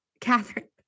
Catherine